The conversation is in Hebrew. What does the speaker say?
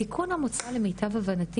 התיקון המוצע למיטב הבנתי,